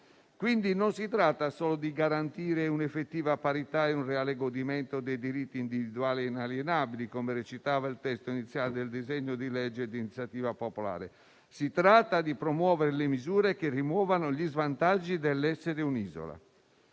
Non si tratta quindi solo di garantire un'effettiva parità e un reale godimento dei diritti individuali e inalienabili, come recitava il testo iniziale del disegno di legge di iniziativa popolare; si tratta di promuovere le misure che rimuovano gli svantaggi dell'essere un'isola,